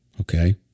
Okay